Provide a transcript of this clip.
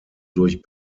durch